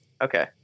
Okay